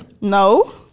No